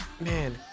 Man